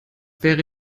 wäre